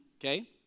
okay